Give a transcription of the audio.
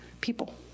people